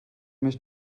mich